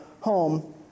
home